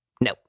No